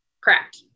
Correct